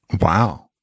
Wow